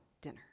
dinner